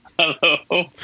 Hello